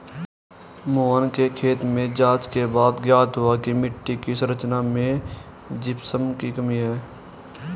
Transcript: मोहन के खेत में जांच के बाद ज्ञात हुआ की मिट्टी की संरचना में जिप्सम की कमी है